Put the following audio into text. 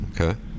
Okay